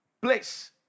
place